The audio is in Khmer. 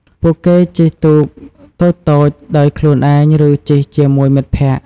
ពួកគេត្រូវជិះទូកតូចៗដោយខ្លួនឯងឬជិះជាមួយមិត្តភក្តិ។